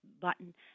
button